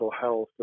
health